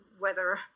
weather